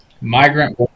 Migrant